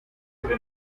turi